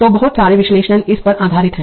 तो बहुत सारे विश्लेषण इस पर आधारित हैं